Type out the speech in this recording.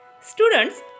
Students